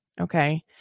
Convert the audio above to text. Okay